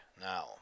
Now